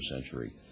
century